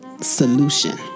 solution